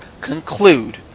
conclude